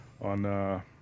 on